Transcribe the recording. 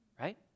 Right